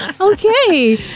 Okay